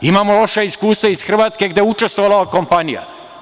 Imamo loša iskustva iz Hrvatske gde je učestvovala ova kompanija.